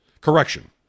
Correction